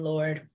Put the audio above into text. Lord